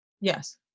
Yes